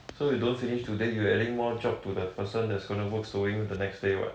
so you don't finish today you adding more job to the person that's gonna work stowing the next day what